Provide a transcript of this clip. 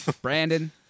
Brandon